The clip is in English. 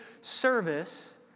service